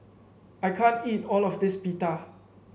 I can't eat all of this Pita